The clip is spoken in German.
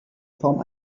form